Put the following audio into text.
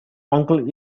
uncle